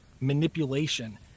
manipulation